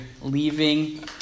leaving